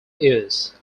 ears